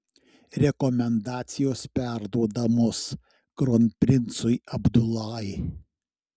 rekomendacijos perduodamos kronprincui abdulai